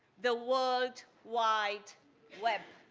the world wide web.